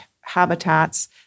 habitats